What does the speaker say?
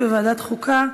לוועדת החוקה,